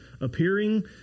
appearing